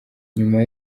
nyuma